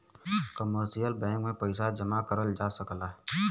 commercial bank में पइसा जमा करल जा सकला